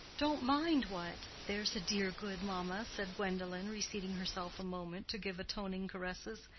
don't mind what, there's a dear, good mamma, said gwendolen, reseating herself a moment to give atoning caresses.